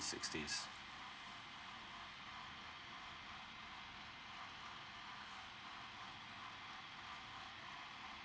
six days